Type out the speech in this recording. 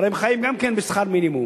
הרי הם חיים גם כן בשכר מינימום,